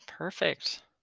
Perfect